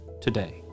today